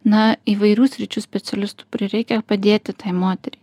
na įvairių sričių specialistų prireikia padėti tai moteriai